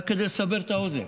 רק כדי לסבר את האוזן,